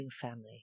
family